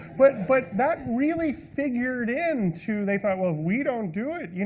but but that really figured in to, they thought well, if we don't do it, you know